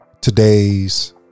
today's